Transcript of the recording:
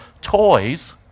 toys